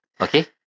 Okay